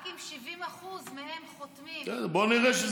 רק אם 70% מהם חותמים, בואו נראה שזה עובר.